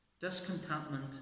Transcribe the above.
discontentment